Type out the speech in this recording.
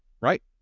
Right